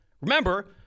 Remember